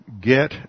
get